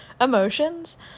emotions